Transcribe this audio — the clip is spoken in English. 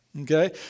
okay